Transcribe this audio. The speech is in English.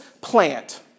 plant